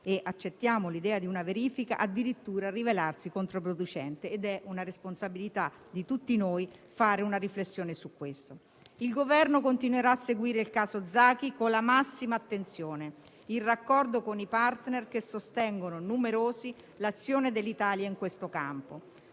e accettiamo l'idea di una verifica - addirittura rivelarsi controproducente ed è responsabilità di tutti noi fare una riflessione su questo. Il Governo continuerà a seguire il caso Zaki con la massima attenzione, in raccordo con i *partner* che sostengono numerosi l'azione dell'Italia in questo campo.